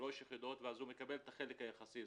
שלוש יחידות ואז הוא מקבל את החלק היחסי.